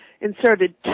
inserted